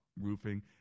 roofing